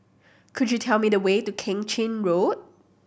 could you tell me the way to Keng Chin Road